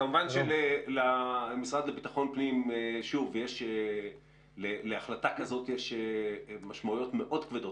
כמובן שלגבי המשרד לביטחון הפנים להחלטה כזאת יש משמעויות מאוד כבדות,